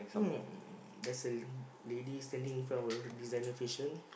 um there's a lady standing in front of a designer fashion